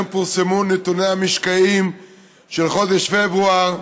היום פורסמו נתוני המשקעים של חודש פברואר.